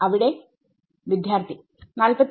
അവിടെ വിദ്യാർത്ഥി 45